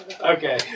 Okay